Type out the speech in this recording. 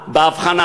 בהבחנה,